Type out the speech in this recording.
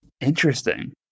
Interesting